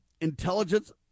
intelligence